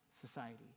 Society